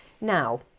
Now